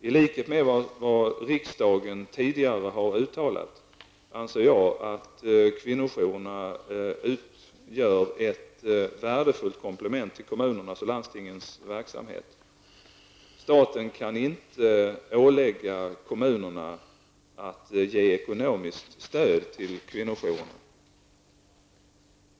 I likhet med vad riksdagen tidigare har uttalat anser jag att kvinnojourerna utgör ett värdefullt komplement till kommunernas och landstingens verksamhet. Staten kan inte ålägga kommunerna att ge ekonomiskt stöd till kvinnojourerna.